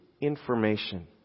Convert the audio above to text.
information